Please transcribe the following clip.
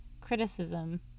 criticism